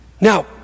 Now